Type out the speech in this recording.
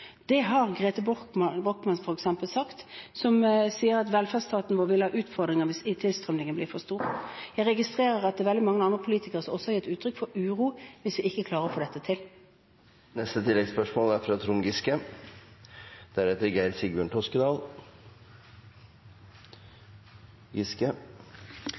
Det har Grete Brochmann f.eks., sagt. Hun sier at velferdsstaten vil ha utfordringer hvis tilstrømningen blir for stor. Jeg registrerer at det er veldig mange andre politikere også som gir uttrykk for uro hvis vi ikke klarer å få dette til. Trond Giske – til oppfølgingsspørsmål. Det er